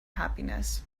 happiness